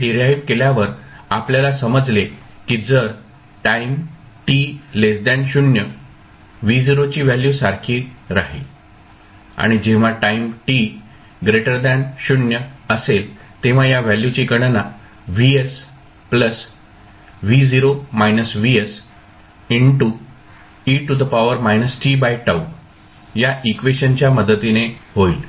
ते डिराईव्ह केल्यावर आपल्याला समजले की जर टाईम t 0 V0 ची व्हॅल्यू सारखी राहील आणि जेव्हा टाईम t 0 असेल तेव्हा या व्हॅल्यूची गणना या इक्वेशनच्या मदतीने होईल